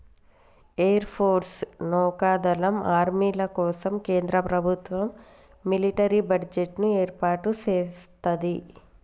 air force, నౌకా దళం, ఆర్మీల కోసం కేంద్ర ప్రభుత్వం మిలిటరీ బడ్జెట్ ని ఏర్పాటు సేత్తది